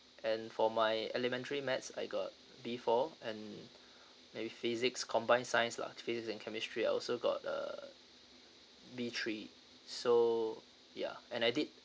and for my elementary maths I got B four and maybe physics combine science lah physic and chemistry I also got a B three so ya and I did